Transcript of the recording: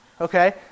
okay